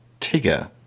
Tigger